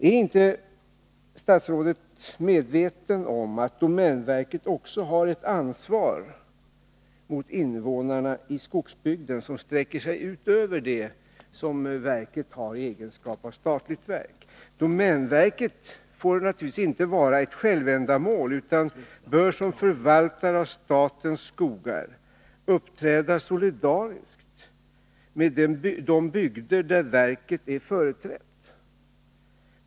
Är inte statsrådet medveten om att domänverket också har ett ansvar mot invånarna i skogsbygder som sträcker sig utöver det som verket har i egenskap av statligt verk? Domänverket får naturligtvis inte vara ett självändamål, utan bör som förvaltare av statens skogar uppträda solidariskt med de bygder där verket är företrätt.